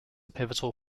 pivotal